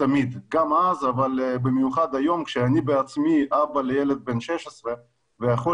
גם אז אבל במיוחד היום כשאני בעצמי אבא לילד בן 16 ויכול